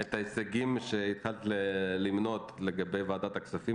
את ההישגים שהתחלת למנות של ועדת הכספים